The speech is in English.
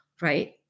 right